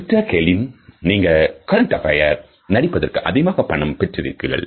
Mister Kaelin நீங்கள் current affair நடிப்பதற்கு அதிகமாக பணம் பெற்றிருக்கிறீர்கள்